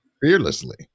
fearlessly